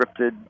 scripted